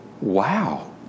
wow